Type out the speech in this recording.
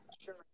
Sure